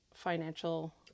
financial